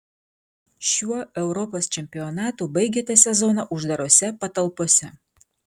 šiuo europos čempionatu baigėte sezoną uždarose patalpose